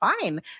fine